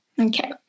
Okay